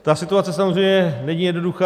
Ta situace samozřejmě není jednoduchá.